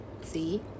See